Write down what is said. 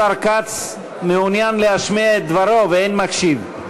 השר כץ מעוניין להמשיך את דברו ואין מקשיב.